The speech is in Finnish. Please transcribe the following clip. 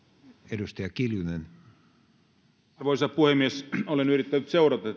arvoisa puhemies olen yrittänyt seurata